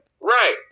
Right